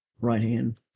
right-hand